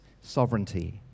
sovereignty